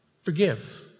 Forgive